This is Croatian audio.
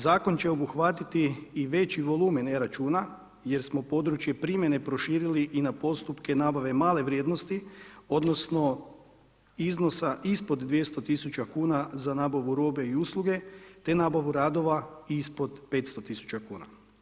Zakon će obuhvatiti i veći volumen e-računa jer smo područje primjene proširili i na postupke nabave male vrijednosti odnosno, iznosa ispod 200 tisuća kuna za nabavu robe i usluge, te nabavu radova ispod 500 tisuća kuna.